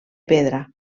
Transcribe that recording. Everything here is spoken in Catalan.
pedra